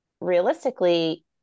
realistically